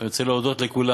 אני רוצה להודות לכולם.